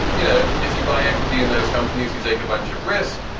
you know, if you buy equity in those companies, you take a bunch of risk.